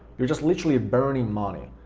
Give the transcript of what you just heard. you're just literally burning money.